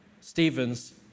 Stephen's